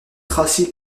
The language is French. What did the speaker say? tracy